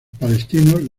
palestinos